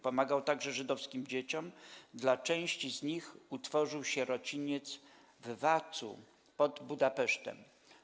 Pomagał także żydowskim dzieciom, dla części z nich utworzył sierociniec w Vácu pod Budapesztem.